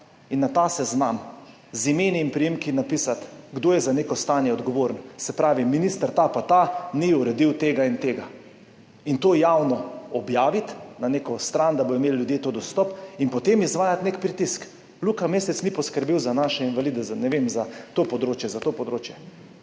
in na ta seznam z imeni in priimki napisati, kdo je za neko stanje odgovoren, se pravi, minister ta pa ta ni uredil tega in tega, in to javno objaviti na neko stran, da bodo imeli ljudje do tega dostop, in potem izvajati nek pritisk. Luka Mesec ni poskrbel za naše invalide, ne vem, za to področje,